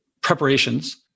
preparations